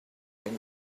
and